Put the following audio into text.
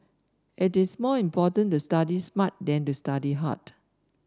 it is more important to study smart than to study hard